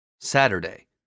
Saturday